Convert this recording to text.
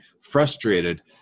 frustrated